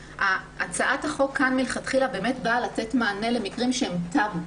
הצעת החוק מלכתחילה באה לתת מענה למקרים שהם טאבו,